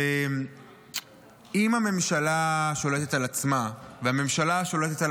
אם הממשלה שולטת על עצמה והממשלה שולטת על